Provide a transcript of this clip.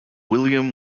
william